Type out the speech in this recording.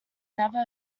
never